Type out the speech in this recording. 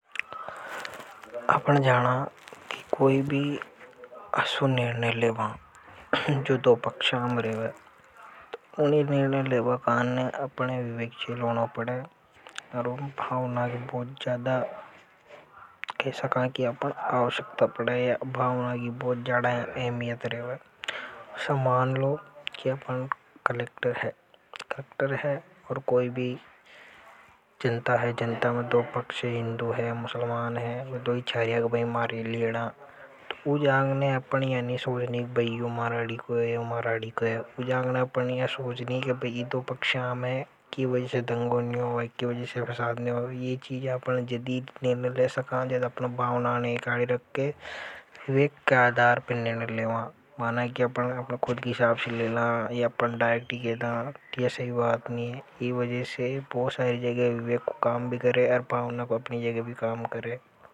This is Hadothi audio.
अपन जाना की कोई भी असो निर्णय लेबा में जो दो पक्षा में रेवे उन्हीं निर्णय लेबा काने अपन है विवेकशील होनी पड़े। जसा मान लो अपन कलेक्ट है ओर कोई भी जनता है जनता में दो पक्ष है। हिन्दू है मुसलमान है वह दोई छा रिया की मां नि लड़ा उन जाग ने या नि सोचनी की यो मर आड़ी को है। मर आड़ी को हसी जगे अपन हे या सोचनी की इन दोइ पक्षा न की वजह से दंगों नि होवे या चीज अपन जेडी दे सका। जब विवेक के आधार पर निर्णय लेवा माना की अपन खुद के हिसाब से लीला डायरेक्ट कह दा। आर भावना अपनी जगह काम करे।